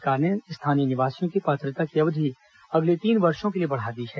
राज्य शासन ने स्थानीय निवासियों के पात्रता की अवधि अगले तीन वर्षों के लिए बढ़ा दी है